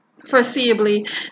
foreseeably